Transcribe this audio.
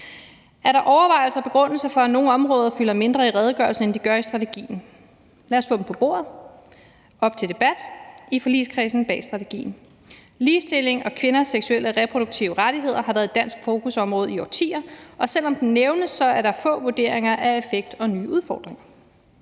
Er der overvejelser om og begrundelser for, at nogle områder fylder mindre i redegørelsen, end de gør i strategien? Lad os få dem på bordet og op til debat i forligskredsen bag strategien. Ligestilling og kvinders seksuelle reproduktive rettigheder har været et dansk fokusområde i årtier, og selv om det nævnes, er der få vurderinger af effekt og nye udfordringer.